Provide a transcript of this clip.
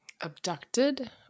Abducted